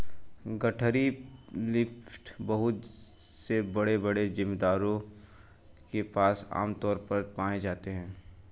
गठरी लिफ्टर बहुत से बड़े बड़े जमींदारों के पास आम तौर पर पाए जाते है